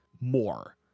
more